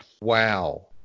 wow